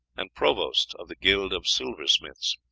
and provost of the guild of silversmiths.